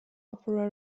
opera